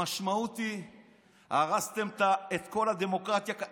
המשמעות היא שהרסתם את כל הדמוקרטיה.